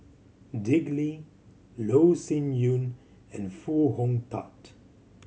Dick Lee Loh Sin Yun and Foo Hong Tatt